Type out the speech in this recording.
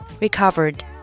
recovered